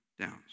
downs